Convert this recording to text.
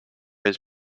his